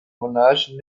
monarchen